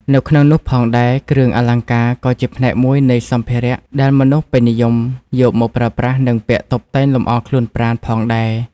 នៅក្នុងនោះផងដែរគ្រឿងអលង្ការក៏ជាផ្នែកមួយនៃសម្ភារៈដែរមនុស្សពេញនិយមយកមកប្រើប្រាស់និងពាក់តុបតែងលំអរខ្លួនប្រាណផងដែរ។